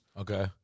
Okay